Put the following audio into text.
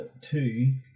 two